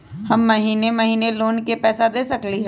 हम महिने महिने लोन के पैसा दे सकली ह?